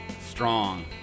strong